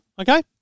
okay